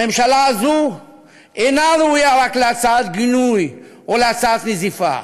הממשלה הזו אינה ראויה רק להצעת גינוי או להצעת נזיפה.